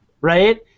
right